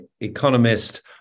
economist